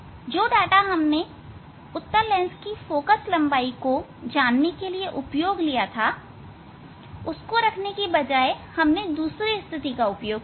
जो डाटा हमने उत्तल लेंस की फोकल लंबाई को जानने के लिए उपयोग लिया था उसको ही रखने के बजाय अब मैंने दूसरी स्थिति उपयोग में ली है